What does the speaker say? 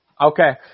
Okay